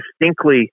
distinctly